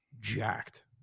jacked